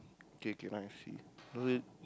K K now I see hold it